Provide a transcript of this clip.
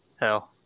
Hell